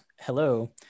hello